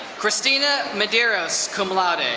christina madeiros, cum laude. and